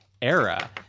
era